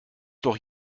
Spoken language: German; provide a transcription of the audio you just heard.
doch